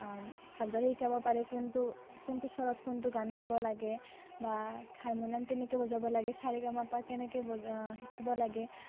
ভালদৰে শিকাব পাৰে কিন্তু কোনটো স্বৰত কোনটো গান গাব লাগে বা হাৰমনিয়াম কেনেকৈ বজাব লাগে স ৰে গা মা পা কেনেকৈ শিকিব লাগে